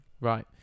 Right